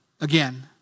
again